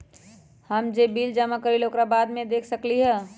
हम जे बिल जमा करईले ओकरा बाद में कैसे देख सकलि ह?